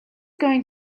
going